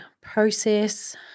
process